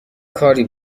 کاری